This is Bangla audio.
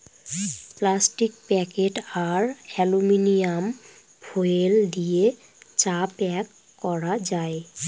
প্লাস্টিক প্যাকেট আর অ্যালুমিনিয়াম ফোয়েল দিয়ে চা প্যাক করা যায়